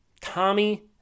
Tommy